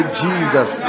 jesus